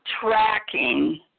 tracking